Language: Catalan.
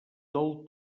del